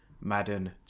Madden